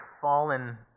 fallen